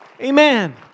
Amen